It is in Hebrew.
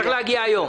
זה צריך להגיע היום.